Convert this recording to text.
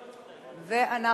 נתקבלה.